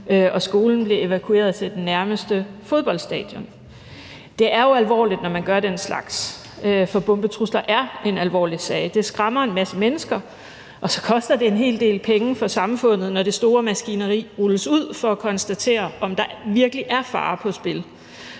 og skolen blev evakueret til det nærmeste fodboldstadion. Det er jo alvorligt, når man gør den slags, for bombetrusler er en alvorlig sag. Det skræmmer en masse mennesker, og så koster det en hel del penge for samfundet, når det store maskineri rulles ud for at konstatere, om der virkelig er fare på færde.